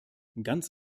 ganz